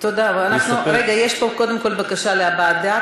רגע, יש פה קודם כול בקשה להבעת דעה.